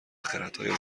خردهای